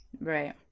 Right